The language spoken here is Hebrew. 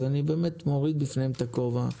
אז אני באמת מוריד בפניהם את הכובע,